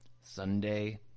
Sunday